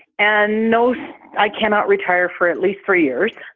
and know i cannot retire for at least three years.